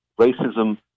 racism